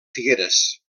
figueres